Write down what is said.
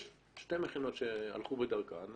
יש שתי מכינות שהלכו לבד ואני